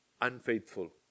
unfaithful